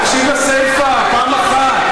תקשיב לסיפה פעם אחת.